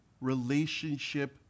relationship